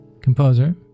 composer